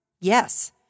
Yes